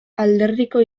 alderdiko